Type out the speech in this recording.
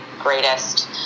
greatest